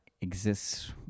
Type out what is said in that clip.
exists